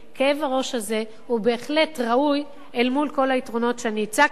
כאב הראש הזה הוא בהחלט ראוי אל מול כל היתרונות שהצגתי,